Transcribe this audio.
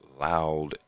loud